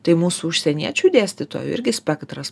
tai mūsų užsieniečių dėstytojų irgi spektras